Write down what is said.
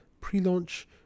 pre-launch